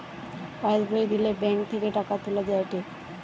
pass বই দিলে bank থেকে টাকা তুলা যায়েটে